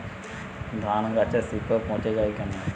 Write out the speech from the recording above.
ধানগাছের শিকড় পচে য়ায় কেন?